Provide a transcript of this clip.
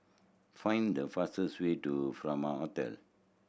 find the fastest way to Furama Hotel